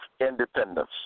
independence